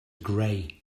gray